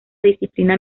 disciplina